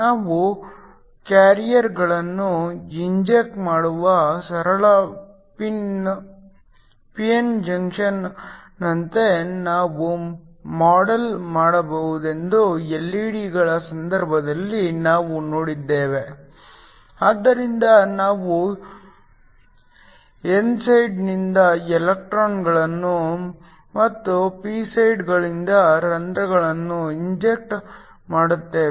ನಾವು ಕ್ಯಾರಿಯರ್ಗಳನ್ನು ಇಂಜೆಕ್ಟ್ ಮಾಡುವ ಸರಳ ಪಿ ಎನ್ ಜಂಕ್ಷನ್ನಂತೆ ನಾವು ಮಾಡೆಲ್ ಮಾಡಬಹುದೆಂದು ಎಲ್ಇಡಿಗಳ ಸಂದರ್ಭದಲ್ಲಿ ನಾವು ನೋಡಿದ್ದೇವೆ ಆದ್ದರಿಂದ ನಾವು ಎನ್ ಸೈಡ್ ನಿಂದ ಇಲೆಕ್ಟ್ರಾನ್ಗಳನ್ನು ಮತ್ತು ಪಿ ಸೈಡ್ಗಳಿಂದ ರಂಧ್ರಗಳನ್ನು ಇಂಜೆಕ್ಟ್ ಮಾಡುತ್ತೇವೆ